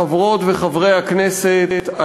חברות וחברי הכנסת,